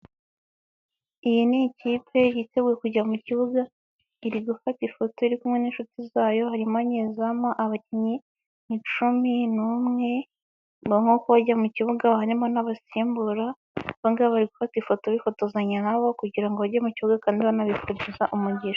Iyi ni ikipe yiteguye kujya mu kibuga iri gufata ifoto iri kumwe n'inshuti zayo harimo nyezamu, abakinnyi ni cumi n'umwe ni nk'uko bajya mu kibuga harimo n'abasimbura, aba ngaba bari gufata ifoto bifotozanya na bo kugira ngo bajye mu kibuga kandi banabifuza umugisha.